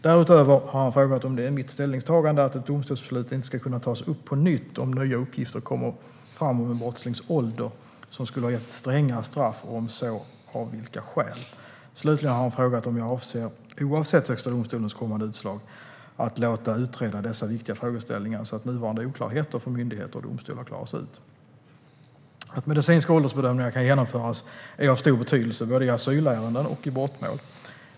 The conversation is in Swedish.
Därutöver har han frågat om det är mitt ställningstagande att ett domstolsbeslut inte ska kunna tas upp på nytt om nya uppgifter kommer fram om en brottslings ålder som skulle ha gett ett strängare straff och om så av vilka skäl. Slutligen har han frågat om jag avser, oavsett Högsta domstolens kommande utslag, att låta utreda dessa viktiga frågeställningar så att nuvarande oklarheter för myndigheter och domstolar klaras ut. Att medicinska åldersbedömningar kan genomföras är av stor betydelse både i asylärenden och i brottmål.